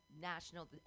National